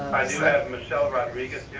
i do have micelle rodriguez